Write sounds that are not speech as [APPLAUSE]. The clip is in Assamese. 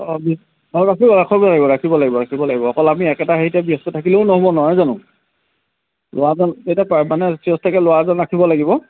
অঁ অঁ ৰাখিব ৰাখিব লাগিব ৰাখিব লাগিব ৰাখিব লাগিব অকল আমি একেটা হেৰিতে ব্যস্ত থাকিলেও নহ'ব নহয় জানো ল'ৰাজন এতিয়া [UNINTELLIGIBLE] মানে চিৰস্থায়ীকে ল'ৰা এজন ৰাখিব লাগিব